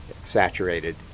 saturated